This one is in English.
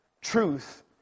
truth